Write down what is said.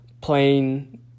plain